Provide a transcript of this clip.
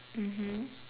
mmhmm